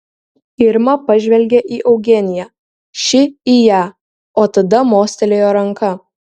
irma pažvelgė į eugeniją ši į ją o tada mostelėjo ranka